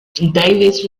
davis